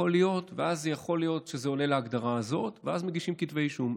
ואז יכול להיות שזה עונה להגדרה הזאת ואז מגישים כתבי אישום.